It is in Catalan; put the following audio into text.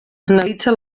analitza